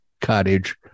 cottage